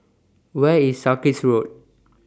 Where IS Sarkies Road